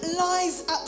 lies